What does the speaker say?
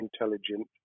intelligent